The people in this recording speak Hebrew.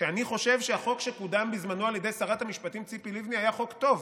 שאני חושב שהחוק שקודם בזמנו על ידי שרת המשפטים ציפי לבני היה חוק טוב.